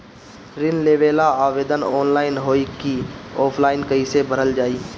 ऋण लेवेला आवेदन ऑनलाइन होई की ऑफलाइन कइसे भरल जाई?